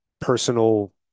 personal